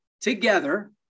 together